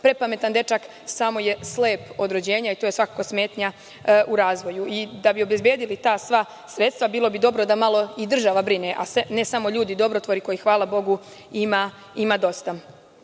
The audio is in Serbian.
prepametan dečak, samo je slep od rođenja i to je smetnja u razvoju. Da bi obezbedili ta sredstva bilo bi dobro da malo i država brine, a ne samo ljudi dobrotvori kojih hvala Bogu, ima